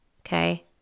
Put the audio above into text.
Okay